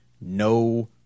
no